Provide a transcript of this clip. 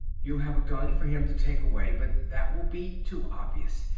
you'll have a gun for him to take away, but that will be too obvious.